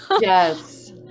Yes